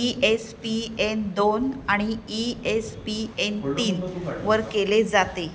E S P N दोन आणि E S P N तीनवर केले जाते